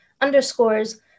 underscores